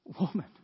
woman